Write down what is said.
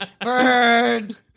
bird